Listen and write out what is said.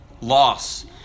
loss